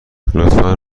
لطفا